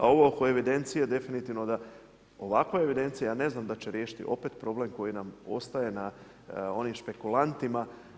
A ovo oko evidencije definitivno da, ovakva evidencija ja ne znam da će riješiti opet problem koji nam ostaje na onim špekulantima.